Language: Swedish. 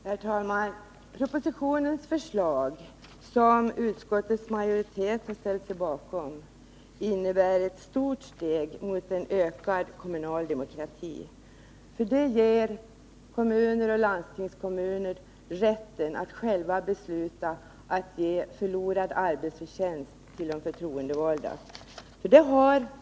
Herr talman! Propositionens förslag, som utskottets majoritet har ställt sig bakom, innebär ett steg mot en ökad kommunal demokrati. Det ger kommuner och landstingskommuner rätten att själva besluta om att ge ersättning för förlorad arbetsförtjänst till förtroendevalda.